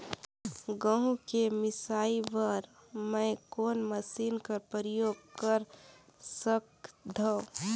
गहूं के मिसाई बर मै कोन मशीन कर प्रयोग कर सकधव?